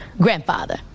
grandfather